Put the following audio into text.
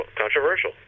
controversial